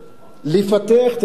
לפתח את האזור הזה,